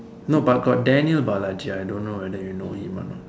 no but got Daniel-Balaji I don't know whether you know him a not